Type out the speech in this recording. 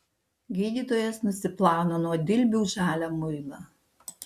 gydytojas nusiplauna nuo dilbių žalią muilą